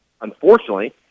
unfortunately